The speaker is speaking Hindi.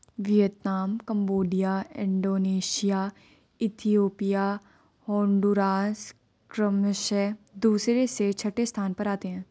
Vietnam Cambodia Indonesia Ethiopia Honduras क्रमशः दूसरे से छठे स्थान पर आते हैं